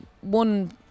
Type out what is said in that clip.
one